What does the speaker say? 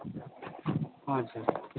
हजुर